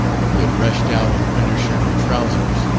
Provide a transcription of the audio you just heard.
who had rushed out in undershirt and trousers,